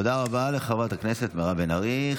תודה רבה לחברת הכנסת מירב בן ארי.